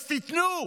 אז תיתנו.